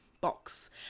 box